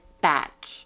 back